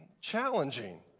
challenging